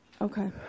Okay